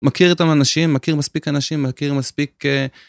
מכיר איתם אנשים, מכיר מספיק אנשים, מכיר מספיק...